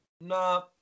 No